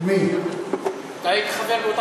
ולכך אתם אחראים ולא אף אחד